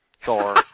Thor